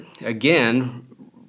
again